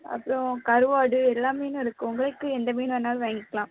அப்புறம் கருவாடு எல்லா மீனும் இருக்குது உங்களுக்கு எந்த மீன் வேணாலும் வாய்ங்க்கிலாம்